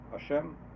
Hashem